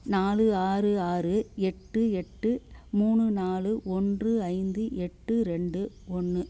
நாலு ஆறு ஆறு எட்டு எட்டு மூணு நாலு ஒன்று ஐந்து எட்டு ரெண்டு ஒன்று